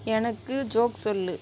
எனக்கு ஜோக் சொல்